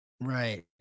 Right